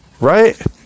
right